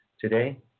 today